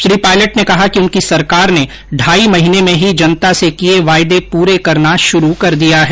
श्री पायलट ने कहा कि उनकी सरकार ने ढाई महीने में ही जनता से किए वादे पूरा करना शुरू कर दिया है